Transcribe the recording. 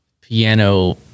piano